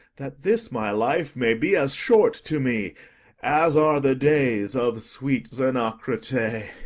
that this my life may be as short to me as are the days of sweet zenocrate